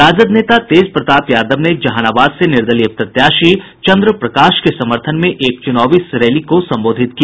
राजद नेता तेज प्रताप यादव ने जहानाबाद से निर्दलीय प्रत्याशी चंद्र प्रकाश के समर्थन में एक चुनावी रैली को संबोधित किया